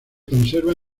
conserva